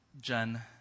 Jen